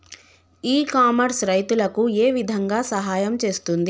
ఇ commerce రైతులకు ఏ విధంగా సహాయం చేస్తుంది?